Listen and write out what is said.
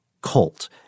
cult